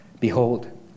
Behold